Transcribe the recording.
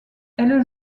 elles